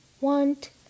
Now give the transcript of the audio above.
want